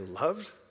loved